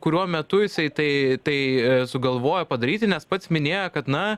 kuriuo metu jisai tai tai sugalvojo padaryti nes pats minėjo kad na